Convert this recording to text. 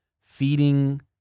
feeding